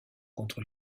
contre